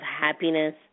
happiness